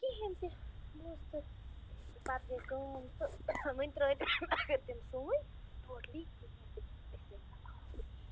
کِہیٖنۍ تہِ بوزتھٕ پَتہٕ گٔے کٲم تہٕ وۄنۍ ترٛٲے اگر تِم سُوٕنۍ ٹوٹلی کِہیٖنۍ تہِ أسۍ لٔگۍ نا آوُری ہے